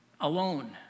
alone